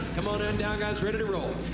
come on and down, guys, ready to roll.